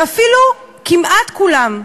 ואפילו כמעט כולם,